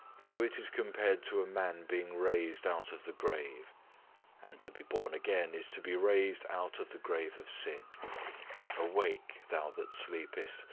so it is compared to a man being raised out of the grave and to be born again is to be raised out of the grave of sin awake, thou that sleepest,